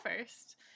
first